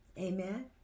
Amen